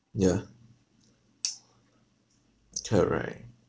yeah correct